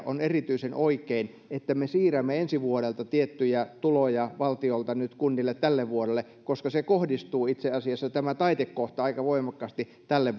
on erityisen oikein että me siirrämme ensi vuodelta tiettyjä tuloja valtiolta nyt kunnille tälle vuodelle koska tämä taitekohta kohdistuu itse asiassa aika voimakkaasti tälle